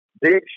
Big